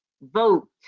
vote